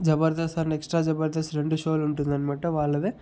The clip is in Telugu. జబర్దస్త్ అండ్ ఎక్స్ట్రా జబర్దస్త్ రెండు షోలు ఉంటుందన్నమాట వాళ్ళదే